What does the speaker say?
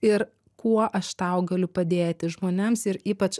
ir kuo aš tau galiu padėti žmonėms ir ypač